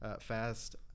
Fast